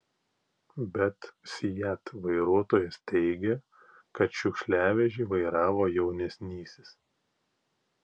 bet seat vairuotojas teigia kad šiukšliavežį vairavo jaunesnysis